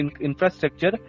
infrastructure